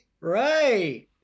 Right